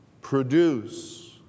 produce